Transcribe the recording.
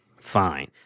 Fine